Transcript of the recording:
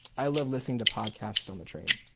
i love listening to podcasts on the train.